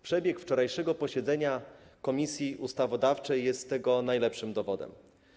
Przebieg wczorajszego posiedzenia Komisji Ustawodawczej jest tego najlepszym dowodem.